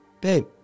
Babe